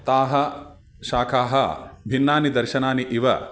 ताः शाखाः भिन्नानि दर्शनानि इव